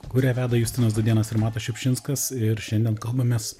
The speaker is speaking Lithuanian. kurią veda justinas dūdėnas ir matas šiupšinskas ir šiandien kalbamės